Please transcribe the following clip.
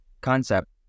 concept